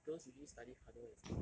girls usually study harder and stuff